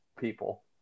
people